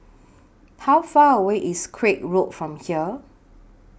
How Far away IS Craig Road from here